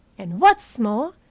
and what's more,